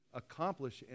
accomplish